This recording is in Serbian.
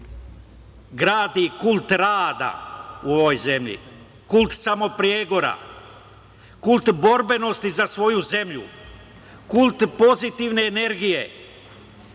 gradi kult rada u ovoj zemlji, kult samopregora, kult borbenosti za svoju zemlju, kult pozitivne energije,